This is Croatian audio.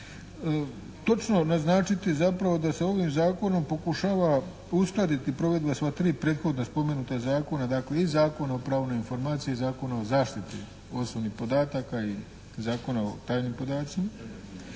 točno naznačiti zapravo da se ovim zakonom pokušava uskladiti provedba sva tri prethodna spomenuta zakona, dakle i Zakona o pravu i informaciji, i Zakona o zaštiti osobnih podataka i Zakona o tajnim podacima.